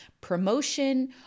promotion